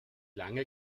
lange